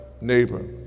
neighbor